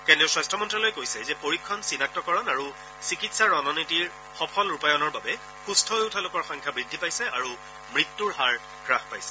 কেন্দ্ৰীয় স্বাস্থ্য মন্ত্যালয়ে কৈছে যে পৰীক্ষণ চিনাক্তকৰণ আৰু চিকিৎসা ৰণনীতিৰ সফল ৰূপায়ণৰ বাবে সুস্থ হৈ উঠা লোকৰ সংখ্যা বৃদ্ধি পাইছে আৰু মৃত্যুৰ হাৰ হাস পাইছে